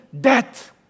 Death